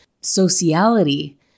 sociality